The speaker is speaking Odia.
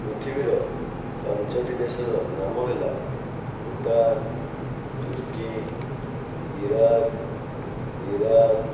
ପୃଥିବୀର ପାଞ୍ଚଟି ଦେଶର ନାମ ହେଲା ଭୁଟାନ ତୁର୍କୀ ଇରାକ ଇରାନ